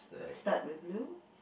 start with blue